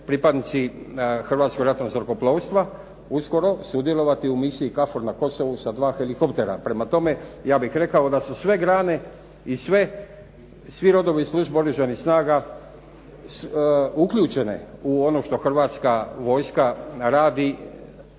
pripadnici Hrvatskog ratnog zrakoplovstva uskoro sudjelovati u misiji KFOR na Kosovu sa 2 helikoptera. Prema tome, ja bih rekao da su sve grane i svi rodovi službe Oružanih snaga uključene u ono što Hrvatska vojska radi